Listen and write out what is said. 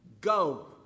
Go